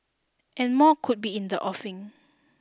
and more could be in the offing